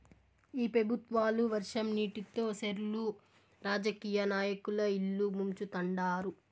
ఈ పెబుత్వాలు వర్షం నీటితో సెర్లు రాజకీయ నాయకుల ఇల్లు ముంచుతండారు